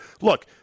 look